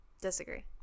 disagree